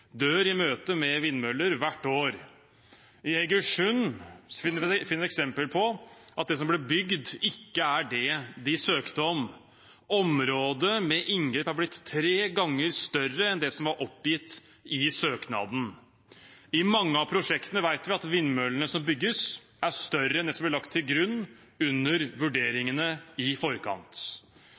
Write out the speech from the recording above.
dør i møtet med vindmøller hvert år. I Egersund finner vi et eksempel på at det som ble bygd, ikke er det de søkte om – området med inngrep er blitt tre ganger større enn det som var oppgitt i søknaden. I mange av prosjektene vet vi at vindmøllene som bygges, er større enn det som ble lagt til grunn under vurderingene i forkant.